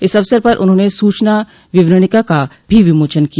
इस अवसर पर उन्होंने सूचना विवरणिका का भी विमोचन किया